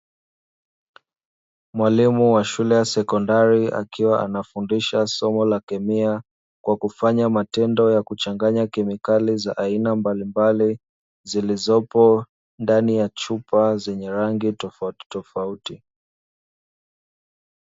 Mwalimu wa shule ya sekondari akiwa anafundisha somo la kemia kwa kufanya matendo ya kuchanganya kemikali za aina mbalimbali, zilizopo ndani ya chupa zenye rangi tofautitofauti.